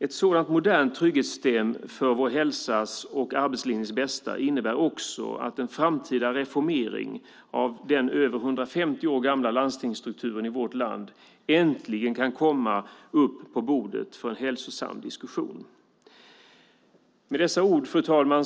Ett sådant modernt trygghetssystem för vår hälsas och arbetslinjens bästa innebär att en framtida reformering av den över 150 år gamla landstingsstrukturen i vårt land äntligen kan komma upp på bordet för en hälsosam diskussion. Fru talman!